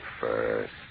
first